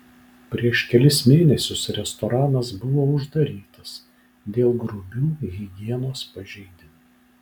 prieš kelis mėnesius restoranas buvo uždarytas dėl grubių higienos pažeidimų